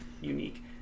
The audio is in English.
unique